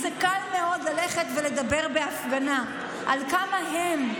זה קל מאוד ללכת ולדבר בהפגנה על כמה הם,